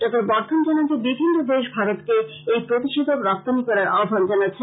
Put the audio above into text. ডঃ বর্দ্ধন জানান যে বিভিন্ন দেশ ভারতকে এই প্রতিষেধক রপ্তানী করার আহ্বান জানাচ্ছে